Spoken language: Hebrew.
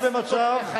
כבוד השר,